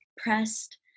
pressed